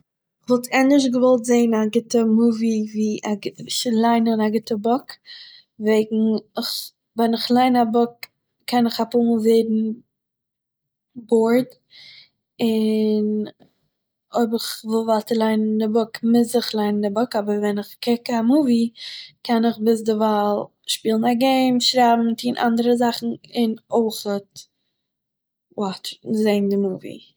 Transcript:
איך וואלט ענדערש געוואלט זעהן א גוטע מובי ווי ענדערש ווי ליינען א גוטע בוק, וועגן איך, ווען איך ליין א בוק קען איך א פאר מאל ווערן בוארד, און אויב איך וויל ווייטער ליינען א בוק מוז איך ליינען א בוק אבער ווען איך קוק א מובי קען איך ביז דערווייל שפילן א געים, שרייבן און אנדערע זאכן און אויכ'עט וואטש- זעהן די מובי